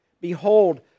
Behold